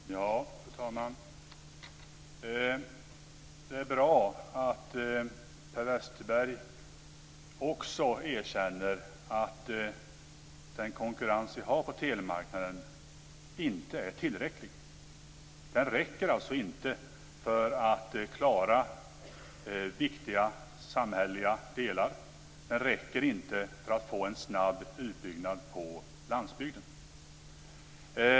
Fru talman! Det är bra att Per Westerberg också erkänner att den konkurrens som vi har på telemarknaden inte är tillräcklig. Den räcker alltså inte för att klara viktiga samhälleliga delar. Den räcker inte för att få en snabb utbyggnad på landsbygden.